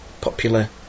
popular